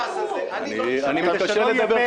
אני מתקשה לדבר.